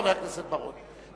חבר הכנסת בר-און,